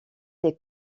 des